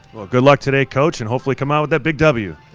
well, good luck today coach. and hopefully come out with that big w.